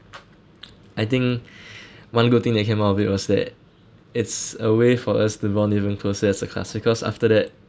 I think one good thing that came out of it was that it's a way for us to bond even closer as a class because after that